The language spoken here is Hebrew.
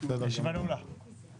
שלא היו אף פעם,